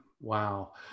Wow